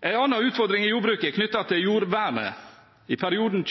En annen utfordring i jordbruket er knyttet til jordvernet. I perioden